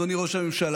אדוני ראש הממשלה.